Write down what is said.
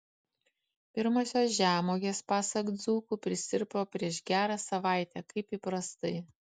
pirmosios žemuogės pasak dzūkų prisirpo prieš gerą savaitę kaip įprastai